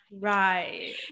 right